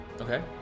Okay